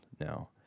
now